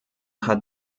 hat